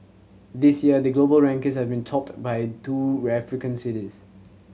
this year the global rankings have been topped by two African cities